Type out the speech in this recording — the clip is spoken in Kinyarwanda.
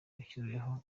yashyiriweho